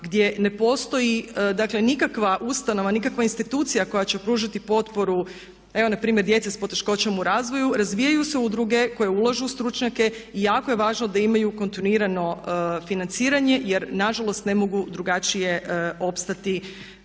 gdje ne postoji, dakle nikakva ustanova, nikakva institucija koja će pružiti potporu evo na primjer djece s poteškoćom u razvoju. Razvijaju se udruge koje ulažu u stručnjake i jako je važno da imaju kontinuirano financiranje, jer na žalost ne mogu drugačije opstati.